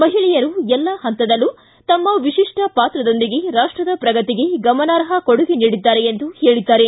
ಮಹಿಳೆಯರು ಎಲ್ಲಾ ಪಂತದಲ್ಲೂ ತಮ್ಮ ವಿಶಿಷ್ಟ ಪಾತ್ರದೊಂದಿಗೆ ರಾಷ್ಟದ ಪ್ರಗತಿಗೆ ಗಮನಾರ್ಪ ಕೊಡುಗೆ ನೀಡಿದ್ದಾರೆ ಎಂದು ಹೇಳಿದ್ದಾರೆ